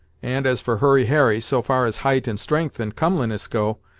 and, as for hurry harry, so far as height and strength and comeliness go,